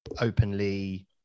openly